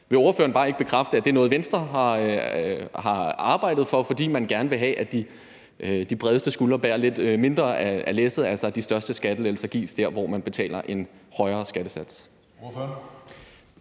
Vil ordføreren bare ikke bekræfte, at det er noget, Venstre har arbejdet for, fordi man gerne vil have, at de bredeste skuldre bærer lidt mindre af læsset, altså at de største skattelettelser skal gives der, hvor man betaler en højere skattesats?